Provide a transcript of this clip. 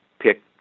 pick